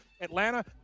Atlanta